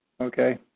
Okay